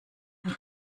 dann